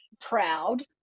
proud